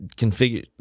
configure